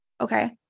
Okay